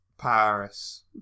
Paris